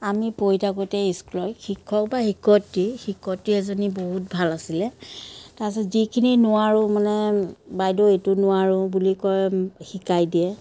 আমি পঢ়ি থাকোঁতে স্কুলত শিক্ষক বা শিক্ষয়ত্ৰী শিক্ষয়ত্ৰী এজনী বহুত ভাল আছিলে তাৰ পিছত যিখিনি নোৱাৰোঁ মানে বাইদেউ এইটো নোৱাৰোঁ বুলি কয় শিকাই দিয়ে